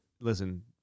listen